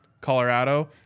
Colorado